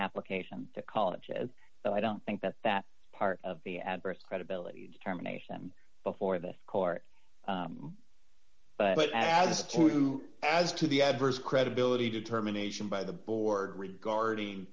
application to call it but i don't think that that part of the adverse credibility determination before the court but as true as to the adverse credibility determination by the board regarding